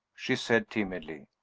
she said timidly.